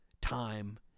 time